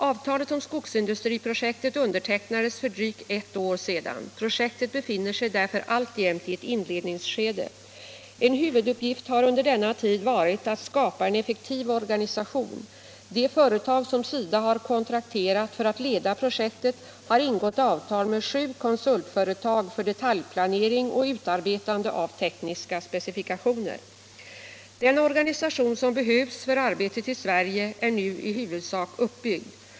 Avtalet om skogsindustriprojektet undertecknades för drygt ett år sedan. Projektet befinner sig därför alltjämt i ett inledningsskede. En huvuduppgift har under denna tid varit att skapa en effektiv organisation. Det företag som SIDA har kontrakterat för att leda projektet har ingått avtal med sju konsultföretag för detaljplanering och utarbetande av tekniska specifikationer. Den organisation som behövs för arbetet i Sverige är nu i huvudsak uppbyggd.